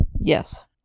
Yes